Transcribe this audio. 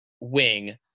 wing